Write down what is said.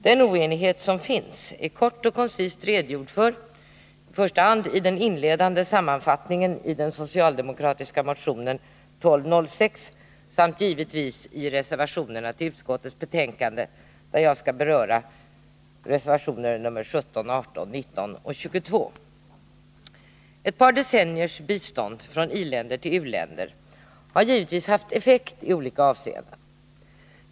Den oenighet som finns har det kort och koncist redogjorts för i första hand i den inledande sammanfattningen i den socialdemokratiska motionen 1206 samt givetvis i reservationerna vid utskottets betänkande, där jag skall beröra reservationerna 17, 18, 19 och 22. Ett par decenniers bistånd från i-länder till u-länder har givetvis haft effekt i olika avseenden.